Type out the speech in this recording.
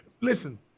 Listen